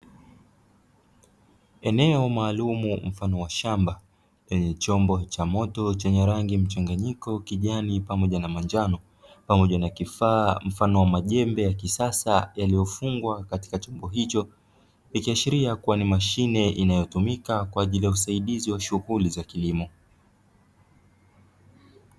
Eneo maalum mfano wa shamba chombo cha moto chenye rangi mchanganyiko kijani pamoja na manjano pamoja na kifaa mfano wa majembe ya kisasa, yaliyofungwa katika chombo hicho ikiashiria kuwa ni mashine inayotumika kwa ajili ya usaidizi wa shughuli za kilimo.